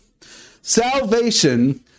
salvation